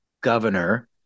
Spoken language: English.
governor